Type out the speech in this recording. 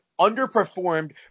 underperformed